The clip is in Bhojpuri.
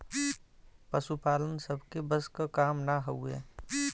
पसुपालन सबके बस क काम ना हउवे